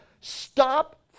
stop